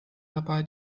dabei